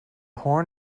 horn